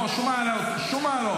לא, שום הערות, שום הערות.